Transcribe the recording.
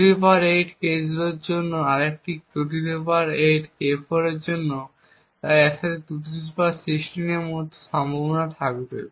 28 K0 এর জন্য এবং আরেকটি 28 K4 এর জন্য তাই একসাথে 216 এর মত সম্ভাবনা থাকবে